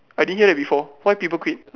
I didn't hear that before why people quit